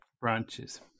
branches